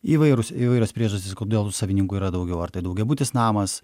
įvairūs įvairios priežastys kodėl savininkų yra daugiau ar tai daugiabutis namas